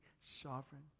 sovereign